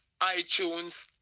iTunes